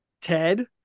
Ted